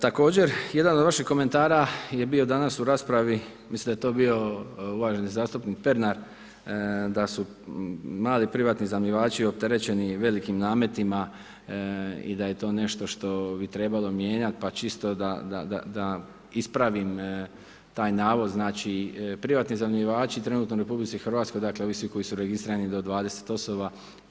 Također jedan od vašeg komentara je bio danas u raspravi, mislim da je to bio uvaženi zastupnik Pernar, da su mali privatni iznajmljivači opterećeni velikim nametima i da je to nešto što bi trebalo mijenjati, pa čisto da ispravim taj navod, znači privatni iznajmljivači, trenutno u RH, dakle, svi ovi koji su registrirani do 20 osoba.